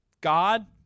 God